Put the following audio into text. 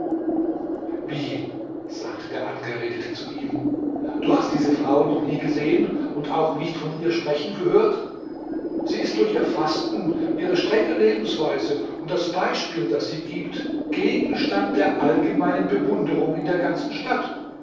wie sagte der angeredete zu ihm du hast diese frau noch nie gesehen und auch nicht von ihr sprechen gehört sie ist durch ihr fasten ihre strenge lebensweise und das beispiel das sie gibt gegenstand der allgemeinen bewunderung in der ganzen stadt